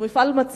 הוא מפעל מצליח,